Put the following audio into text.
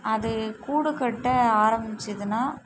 அது கூடு கட்ட ஆரம்மிச்சிதுன்னா